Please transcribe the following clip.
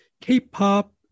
k-pop